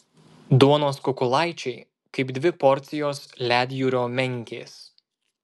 duonos kukulaičiai kaip dvi porcijos ledjūrio menkės